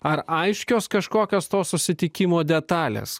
ar aiškios kažkokios to susitikimo detalės